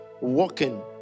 walking